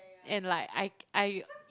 and like I I